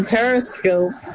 Periscope